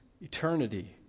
eternity